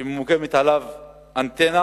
שממוקמת עליו אנטנה